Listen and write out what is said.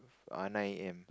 err nine a_m